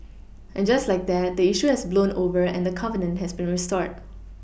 and just like that the issue has blown over and the covenant has been restored